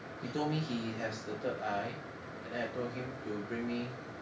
he told me he has the third eye and I told him to bring me